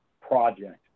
project